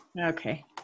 Okay